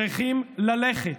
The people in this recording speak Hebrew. צריכים ללכת.